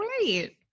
great